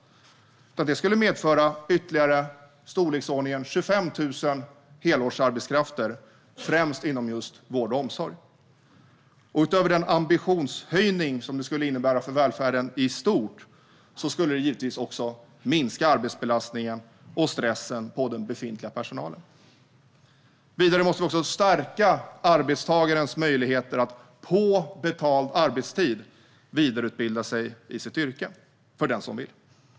Reformen skulle medföra ytterligare ungefär 25 000 helårsarbetskrafter, främst inom just vård och omsorgsyrkena. Utöver den ambitionshöjning som detta skulle innebära för välfärden i stort skulle det givetvis också minska arbetsbelastningen och stressen hos den befintliga personalen. Vidare måste vi stärka arbetstagarens möjligheter att på betald arbetstid vidareutbilda sig i sitt yrke, för den som så vill.